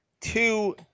two